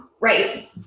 right